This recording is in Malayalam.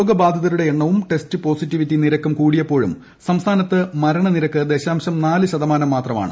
രോഗബാധിതരുടെ എണ്ണവും ടെസ്റ്റ് പോസിറ്റിവിറ്റി നിരക്കും കൂടിയപ്പോഴും സംസ്ഥാനത്ത് മരണനിരക്ക് ദശാംശം നാല് ശതമാനം മാത്രമാണ്